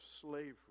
slavery